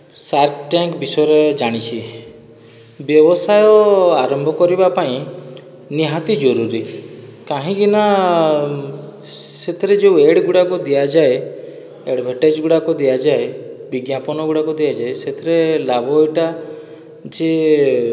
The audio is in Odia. ସାର୍କ ଟ୍ୟାଙ୍କ ବିଷୟରେ ଜାଣିଛି ବ୍ୟବସାୟ ଆରମ୍ଭ କରିବା ପାଇଁ ନିହାତି ଜରୁରୀ କାହିଁକି ନା ସେଥିରେ ଯେଉଁ ଏଡ଼ ଗୁଡ଼ାକ ଦିଆଯାଏ ଆଡ଼ଭାଟାଇଜ ଗୁଡ଼ାକ ଦିଆଯାଏ ବିଜ୍ଞାପନ ଗୁଡ଼ାକ ଦିଆଯାଏ ସେଥିରେ ଲାଭ ଏହିଟା ଯେ